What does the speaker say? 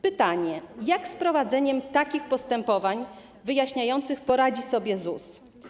Pytanie, jak z prowadzeniem takich postępowań wyjaśniających poradzi sobie ZUS.